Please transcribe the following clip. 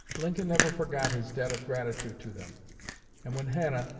lincoln never forgot his debt of gratitude to them and when hannah,